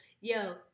Yo